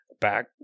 back